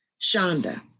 Shonda